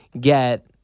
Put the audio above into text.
get